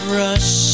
rush